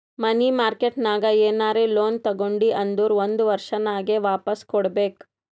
ಮನಿ market ನಾಗ್ ಏನರೆ loan ತಗೊಂಡಿ ಅಂದುರ್ ಒಂದ್ ವರ್ಷನಾಗೆ ವಾಪಾಸ್ ಕೊಡ್ಬೇಕ್